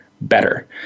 better